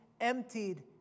emptied